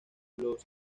los